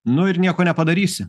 nu ir nieko nepadarysi